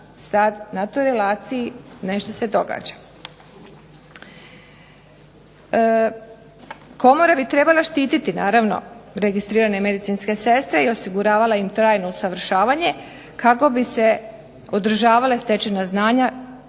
sada na toj relaciji nešto se događa. Komora bi trebala štititi naravno registrirane medicinske sestre i osigurati im trajno usavršavanje kako bi se održavala stečena znanja,